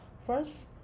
First